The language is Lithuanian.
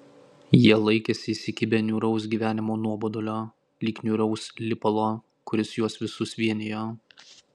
jie laikėsi įsikibę niūraus gyvenimo nuobodulio lyg niūraus lipalo kuris juos visus vienijo